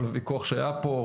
כל הוויכוח שהיה פה,